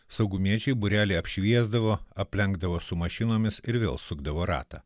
saugumiečiai būrelį apšviesdavo aplenkdavo su mašinomis ir vėl sukdavo ratą